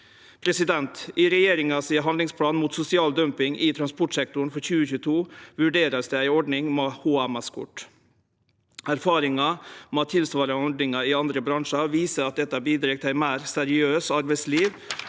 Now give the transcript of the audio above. uheldig. I regjeringa sin handlingsplan mot sosial dumping i transportsektoren for 2022 vert det vurdert ei ordning med HMS-kort. Erfaringa med tilsvarande ordningar i andre bransjar viser at dette bidreg til eit meir seriøst arbeidsliv